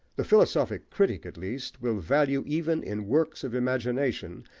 the philosophic critic, at least, will value, even in works of imagination,